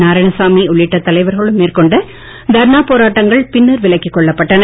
நாரயாணசாமி உள்ளிட்ட தலைவர்களும் மேற்கொண்ட தர்ணா போராட்டங்கள் பின்னர் விலக்கிக் கொள்ளப்பட்டன